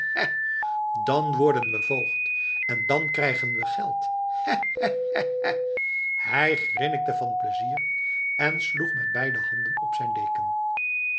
dan worden we voogd en dan krijgen we geld hè hè hè hè hij grinnikte van pleizier en sloeg met beide handen op zijn deken